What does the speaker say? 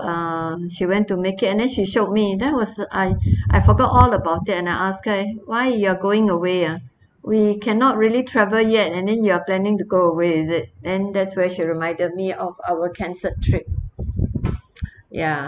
um she went to make it and then she showed me then was I I forgot all about it and I ask her eh why you're going away ah we cannot really travel yet and then you are planning to go away is it then that's where she reminded me of our cancelled trip ya